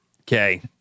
Okay